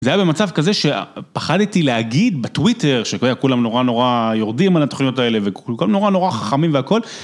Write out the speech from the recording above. זה היה במצב כזה שפחדתי להגיד בטוויטר שכולם נורא נורא יורדים על התוכניות האלה וכל כולם נורא נורא חכמים והכל.